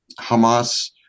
Hamas